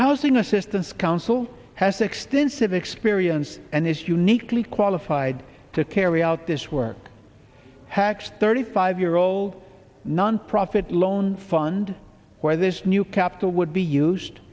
housing assistance council has extensive experience and is uniquely qualified to carry out this work hacks thirty five year old nonprofit loan fund where this new capital would be used